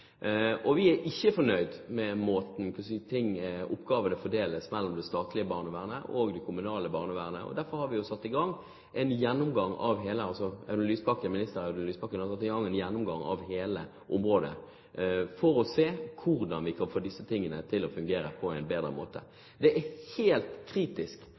Vi er ikke fornøyd med måten oppgavene fordeles på mellom det statlige barnevernet og det kommunale barnevernet, og derfor har jo statsråd Audun Lysbakken satt i gang en gjennomgang av hele området for å se på hvordan vi kan få disse tingene til å fungere på en bedre måte. Det er helt kritisk